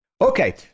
Okay